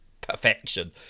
perfection